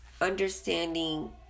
understanding